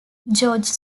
george